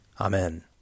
Amen